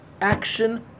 Action